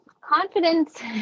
confidence